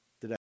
Today